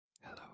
Hello